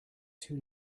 too